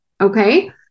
Okay